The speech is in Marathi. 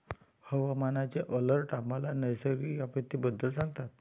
हवामानाचे अलर्ट आम्हाला नैसर्गिक आपत्तींबद्दल सांगतात